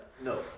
No